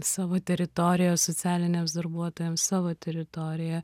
savo teritoriją socialiniams darbuotojams savo teritoriją